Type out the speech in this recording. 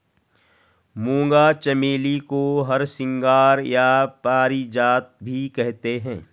मूंगा चमेली को हरसिंगार या पारिजात भी कहते हैं